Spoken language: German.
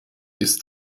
ist